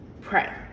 Pray